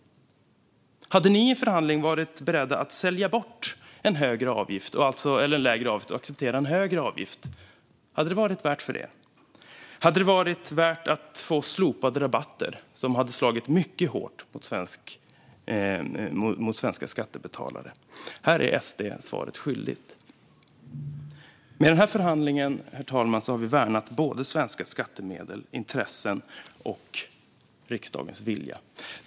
Hade ni i en förhandling varit beredda att sälja bort en lägre avgift och acceptera en högre avgift? Hade det varit värt det för er? Hade det varit värt att få slopade rabatter, som hade slagit mycket hårt mot svenska skattebetalare? Här är SD svaret skyldigt. Herr ålderspresident! Med denna förhandling har vi värnat både svenska skattemedel och intressen och riksdagens vilja.